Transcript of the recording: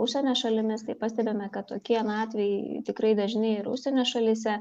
užsienio šalimis tai pastebime kad tokie na atvejai tikrai dažni ir užsienio šalyse